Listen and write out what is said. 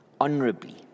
honorably